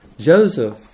Joseph